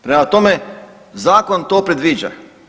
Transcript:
Prema tome, zakon to predviđa.